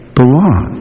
belong